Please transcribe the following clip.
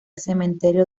cementerio